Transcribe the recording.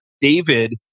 David